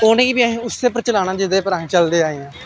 उ'नें गी बी असें उस्सै पर चलाना जेह्दे पर अस चलदे आएं ऐं